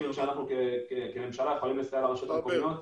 שאנחנו כממשלה חייבים לסייע לרשויות המקומיות.